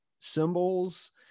symbols